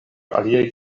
aliaj